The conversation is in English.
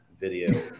video